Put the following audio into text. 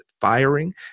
firing